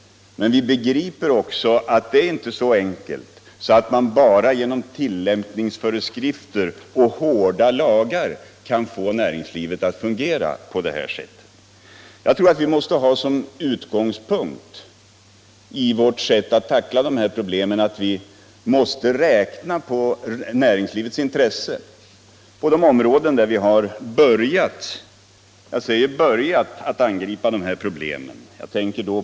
Men vi begriper också att det inte är så enkelt att man bara genom tillämpningsföreskrifter och hårda lagar kan få näringslivet att fungera på detta sätt. Jag tror att vi när vi försöker att tackla dessa problem måste utnyttja näringslivets eget intresse.